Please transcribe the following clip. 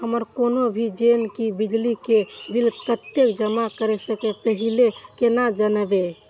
हमर कोनो भी जेना की बिजली के बिल कतैक जमा करे से पहीले केना जानबै?